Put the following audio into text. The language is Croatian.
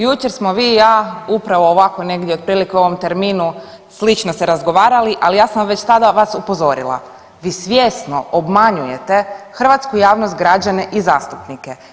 Jučer smo vi i ja upravo ovako negdje otprilike u ovom terminu slično se razgovarali, ali ja sam već tada vas upozorila, vi svjesno obmanjujete hrvatsku javnost, građane i zastupnike.